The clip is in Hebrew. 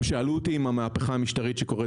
הם שאלו אותי האם המהפכה המשטרית שקורית